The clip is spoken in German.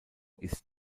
ist